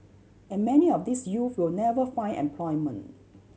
and many of these youth will never find employment